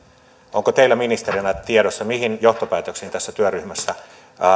onko teillä ministerinä tiedossa mihin johtopäätökseen tässä työryhmässä